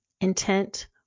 intent